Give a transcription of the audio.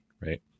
right